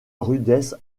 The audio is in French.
rudesse